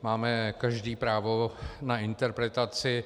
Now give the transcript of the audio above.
Máme každý právo na interpretaci.